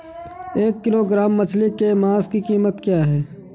एक किलोग्राम मछली के मांस की कीमत क्या है?